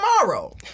tomorrow